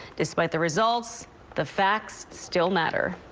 despite the results, the facts still matter.